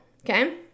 okay